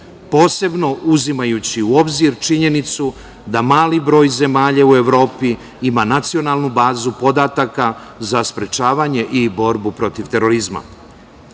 posebno uzimajući u obzir činjenicu da mali broj zemalja u Evropi ima nacionalnu bazu podataka za sprečavanje i borbu protiv terorizma. Podsetio